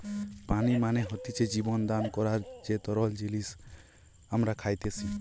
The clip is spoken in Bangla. পানি মানে হতিছে জীবন দান করার যে তরল জিনিস আমরা খাইতেসি